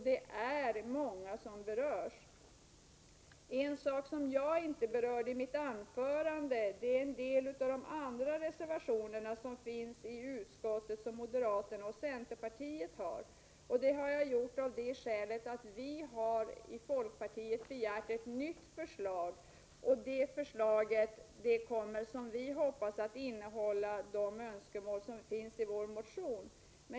Det finns en del andra reservationer till utskottets betänkande från moderaterna och centerpartiet som jag inte berörde i mitt anförande. Att jag inte gjorde detta beror på att vi i folkpartiet har begärt ett nytt förslag — ett förslag som vi hoppas skall tillgodose önskemålen i vår motion.